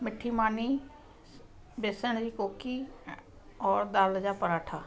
मिठी मानी बेसण जी कोकी और दालि जा परांठा